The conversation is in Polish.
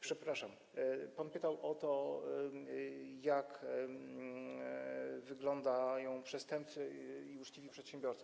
Przepraszam, pan pytał o to, jak wyglądają przestępcy i uczciwi przedsiębiorcy.